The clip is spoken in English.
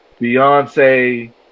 Beyonce